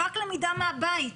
רק למידה מהבית.